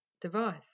device